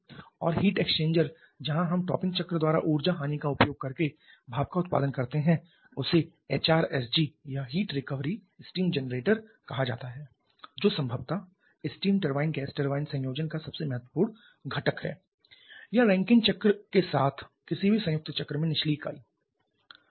और heat exchanger जहां हम टॉपिंग चक्र द्वारा ऊर्जा हानि का उपयोग करके भाप का उत्पादन करते हैं उसे HRSG या हीट रिकवरी स्टीम जेनरेटर कहा जाता है जो संभवतः स्टीम टरबाइन गैस टरबाइन संयोजन का सबसे महत्वपूर्ण घटक है या रैंकिन चक्र के साथ किसी भी संयुक्त चक्र में निचली इकाई